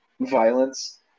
violence